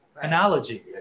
Analogy